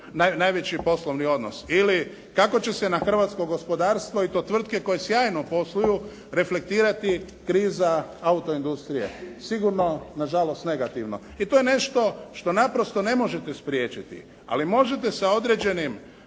najveći poslovni odnos. Ili kako će se na hrvatsko gospodarstvo i to tvrtke koje sjajno posluju reflektirati kriza autoindustrije. Sigurno na žalost negativno i to je nešto što naprosto ne možete spriječiti. Ali možete sa određenim